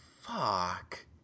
Fuck